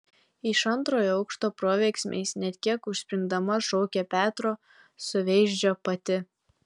iš antrojo aukšto proverksmiais net kiek užspringdama šaukė petro suveizdžio pati